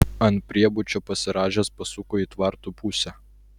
ant priebučio pasirąžęs pasuko į tvartų pusę